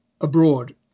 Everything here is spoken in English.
abroad